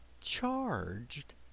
charged